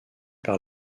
par